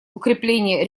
укрепление